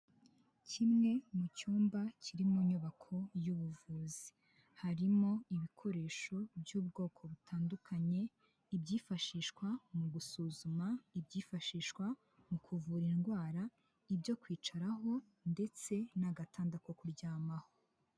Kimwe mu cyumba kiri mu nyubako y'ubuvuzi harimo ibikoresho by'ubwoko butandukanye ibyifashishwa, mu gusuzuma, ibyifashishwa mu kuvura indwara, ibyo kwicaraho ndetse n'agatanda ko kuryama.